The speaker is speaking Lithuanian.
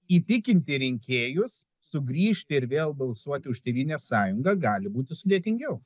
įtikinti rinkėjus sugrįžti ir vėl balsuoti už tėvynės sąjungą gali būti sudėtingiau